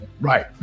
right